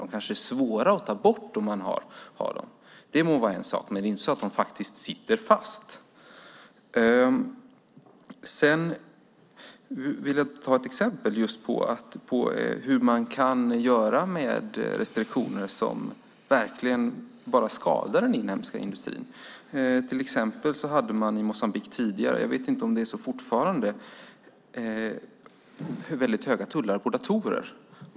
De kanske är svåra att ta bort om man har dem - det må vara en sak. Men det är inte så att de faktiskt sitter fast. Sedan vill jag ge ett exempel på hur man kan göra när det finns restriktioner som verkligen bara skadar den inhemska industrin. Till exempel hade man i Moçambique tidigare - jag vet inte om det är så fortfarande - väldigt höga tullar på datorer.